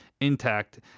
intact